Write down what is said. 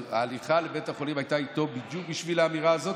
אבל ההליכה לבית החולים איתו הייתה בדיוק בשביל האמירה הזאת.